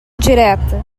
direta